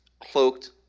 cloaked